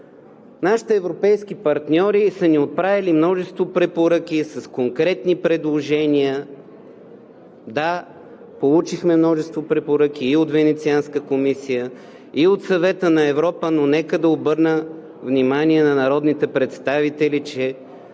нашите европейски партньори са ни отправили множество препоръки, с конкретни предложения. Да, получихме множество препоръки и от Венецианската комисия, и от Съвета на Европа, но нека да обърна внимание, че всички тези